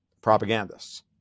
Propagandists